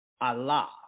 Allah